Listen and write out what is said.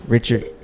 Richard